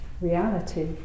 reality